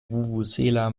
vuvuzela